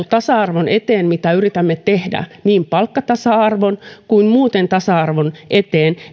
tasa arvon eteen mitä yritämme tehdä niin palkkatasa arvon kuin muuten tasa arvon eteen